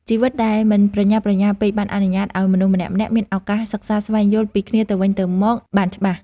ជីវិតដែលមិនប្រញាប់ប្រញាល់ពេកបានអនុញ្ញាតឱ្យមនុស្សម្នាក់ៗមានឱកាសសិក្សាស្វែងយល់ពីគ្នាទៅវិញទៅមកបានច្បាស់។